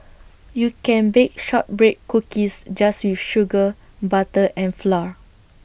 you can bake Shortbread Cookies just with sugar butter and flour